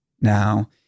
now